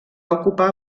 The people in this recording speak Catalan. ocupar